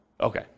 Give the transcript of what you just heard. Okay